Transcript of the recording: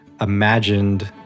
imagined